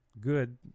good